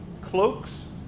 cloaks